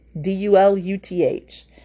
d-u-l-u-t-h